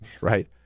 Right